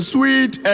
Sweet